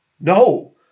No